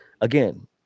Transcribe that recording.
again